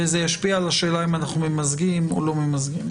זה ישפיע על השאלה אם אנחנו ממזגים או לא ממזגים.